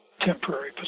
temporary